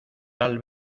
tal